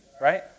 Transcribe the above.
Right